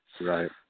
Right